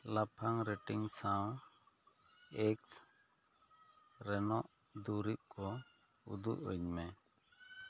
ᱞᱟᱯᱷᱟᱝ ᱨᱮᱹᱴᱤᱝ ᱥᱟᱶ ᱮᱹᱠᱥ ᱨᱮᱱᱟᱜ ᱫᱩᱨᱤᱵᱽ ᱠᱚ ᱩᱫᱩᱜ ᱟᱹᱧ ᱢᱮ